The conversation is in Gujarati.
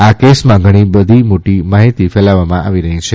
આ કેસમાં ધણી બધી ખોટી માહિતી ફેલાવવામાં આવી રહી છે